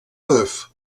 veuf